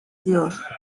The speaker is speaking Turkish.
diyor